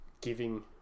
giving